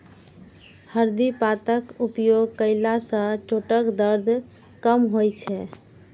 हरदि पातक उपयोग कयला सं चोटक दर्द कम होइ छै